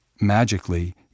magically